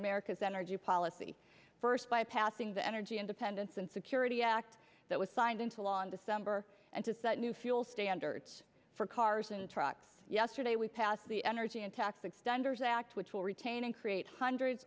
america's energy policy first by passing the energy independence and security act that was signed into law in december and to set new fuel standards for cars and trucks yesterday we passed the energy and tactics diners act which will retain and create hundreds